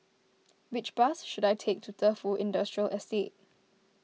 which bus should I take to Defu Industrial Estate